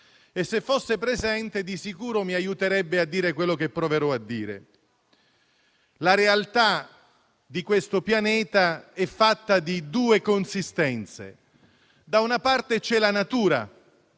se fosse presente, di sicuro mi aiuterebbe a dire quello che proverò a dire. La realtà di questo pianeta è fatta di due consistenze: da una parte c'è la natura